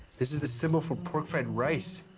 this is the symbol for pork fried rice.